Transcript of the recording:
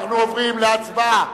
אנחנו עוברים להצבעה,